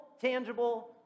tangible